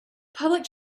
public